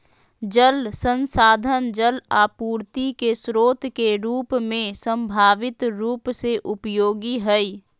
जल संसाधन जल आपूर्ति के स्रोत के रूप में संभावित रूप से उपयोगी हइ